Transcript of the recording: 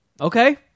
okay